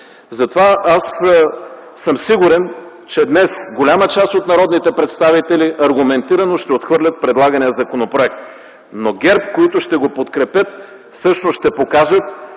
Затова аз съм сигурен, че днес голяма част от народните представители аргументирано ще отхвърлят предлагания законопроект, но ГЕРБ, които ще го подкрепят, всъщност ще покажат